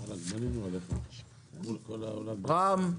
גם החקלאים מסכימים ששינויים בענף החקלאות נדרשים,